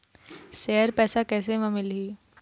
Share पैसा कैसे म मिलही?